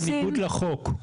בניגוד לחוק.